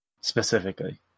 Specifically